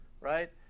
Right